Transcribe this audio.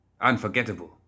Unforgettable